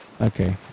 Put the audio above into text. okay